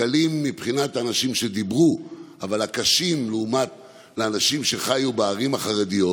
הקלים מבחינת האנשים שדיברו אבל הקשים לאנשים שחיו בערים החרדיות,